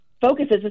focuses